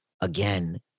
again